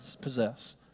possess